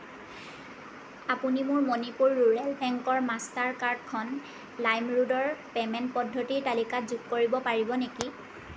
আপুনি মোৰ মণিপুৰ ৰুৰেল বেংকৰ মাষ্টাৰ কাৰ্ডখন লাইমৰোডৰ পে'মেণ্ট পদ্ধতিৰ তালিকাত যোগ কৰিব পাৰিব নেকি